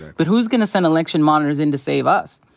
but who's gonna send election monitors in to save us?